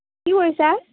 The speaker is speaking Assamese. কি কৰিছা